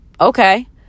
okay